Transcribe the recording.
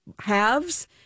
halves